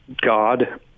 god